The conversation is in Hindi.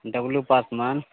डब्लू पासवान